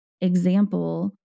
example